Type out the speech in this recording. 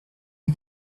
you